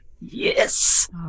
Yes